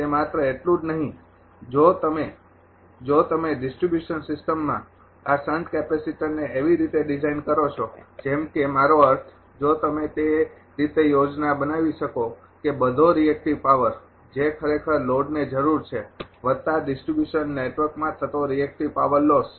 તે માત્ર એટલું જ નહીં જો તમે જો તમે ડિસ્ટ્રિબ્યુશન સિસ્ટમમાં આ શંટ કેપેસિટરને એવી રીતે ડિઝાઇન કરો છો જેમ કે મારો અર્થ જો તમે તે રીતે યોજના બનાવી શકો કે બધો રિએક્ટિવ પાવર જે ખરેખર લોડ ને જરૂર છે વત્તા ડિસ્ટ્રિબ્યુશન નેટવર્કમાં થતો રિએક્ટિવ પાવર લોસ